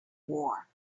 war